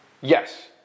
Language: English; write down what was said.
Yes